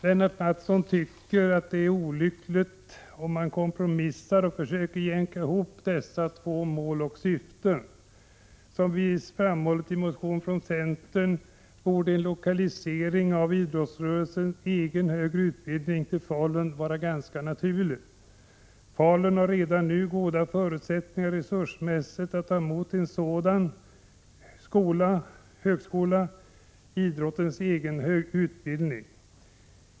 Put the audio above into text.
Lennart Mattsson tycker att det är en olycklig kompromiss att försöka jämka ihop dessa olika mål och syften. Som vi framhållit i motioner från centern, borde en lokalisering av idrottsrörelsens egen högre utbildning till Falun vara naturlig. Falun har redan nu goda förutsättningar resursmässigt att ta emot en högskola för idrottens egen utbildning.